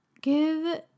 give